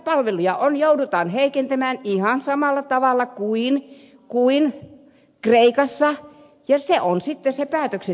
palveluja joudutaan heikentämään ihan samalla tavalla kuin kreikassa ja se on sitten se päätöksenteko